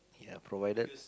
ya provided